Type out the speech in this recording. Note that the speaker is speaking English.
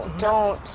don't.